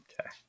Okay